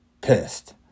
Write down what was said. pissed